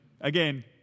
again